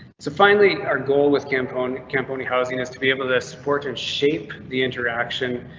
so finally our goal with campton. camponi housing is to be able to support and shape the interaction.